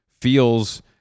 feels